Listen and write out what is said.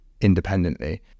independently